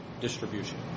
distribution